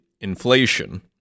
inflation